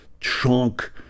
chunk